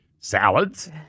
salads